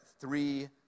three